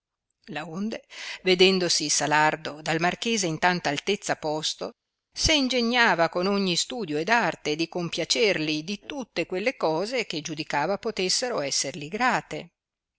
conseguiva laonde vedendosi salardo dal marchese in tanta altezza posto se ingegnava con ogni studio ed arte di compiacerli di tutte quelle cose che giudicava potessero esserli grate